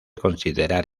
considerar